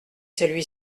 celui